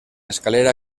escalera